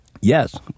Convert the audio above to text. Yes